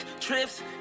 trips